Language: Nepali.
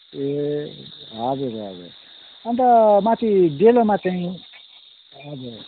ए हजुर हजुर अन्त माथि डेलोमा चाहिँ हजुर